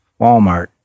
Walmart